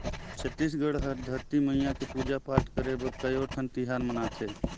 छत्तीसगढ़ हर धरती मईया के पूजा पाठ करे बर कयोठन तिहार मनाथे